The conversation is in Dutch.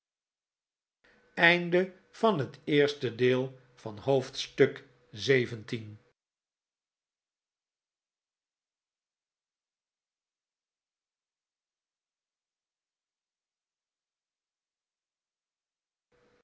oosten van het westen van het